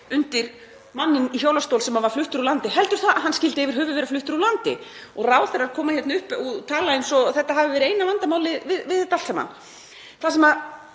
fyrir mann í hjólastól sem var fluttur úr landi heldur að hann skyldi yfir höfuð vera fluttur úr landi. Ráðherrar koma hingað upp og tala eins og þetta hafi verið eina vandamálið við þetta allt saman. Það sem